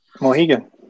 Mohegan